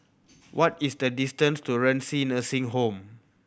what is the distance to Renci Nursing Home